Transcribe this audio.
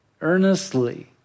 earnestly